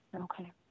Okay